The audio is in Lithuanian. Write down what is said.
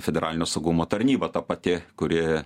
federalinio saugumo tarnyba ta pati kuri